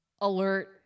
alert